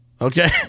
Okay